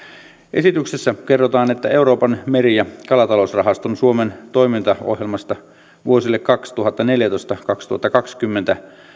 esityksessä kerrotaan että euroopan meri ja kalatalousrahaston suomen toimintaohjelmasta vuosille kaksituhattaneljätoista viiva kaksituhattakaksikymmentä